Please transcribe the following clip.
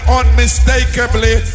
unmistakably